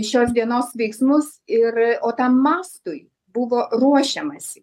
šios dienos veiksmus ir o tam mastui buvo ruošiamasi